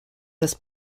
this